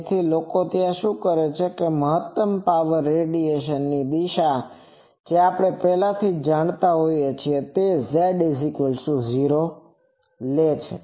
તેથી લોકો શું કરે છે કે મહત્તમ પાવર રેડિયેશન ની દિશા જે આપણે પહેલાથી જ જાણીએ છીએ કે તે Z 0 છે